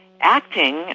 acting